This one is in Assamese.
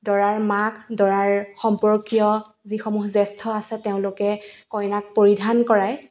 দৰাৰ মাক দৰাৰ সম্পৰ্কীয় যিসমূহ জ্য়েষ্ঠ আছে তেওঁলোকে কইনাক পৰিধান কৰায়